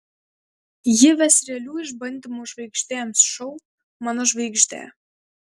ji ves realių išbandymų žvaigždėms šou mano žvaigždė